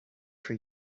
for